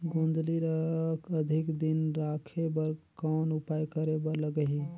गोंदली ल अधिक दिन राखे बर कौन उपाय करे बर लगही?